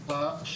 הקורונה,